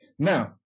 Now